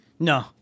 No